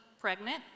pregnant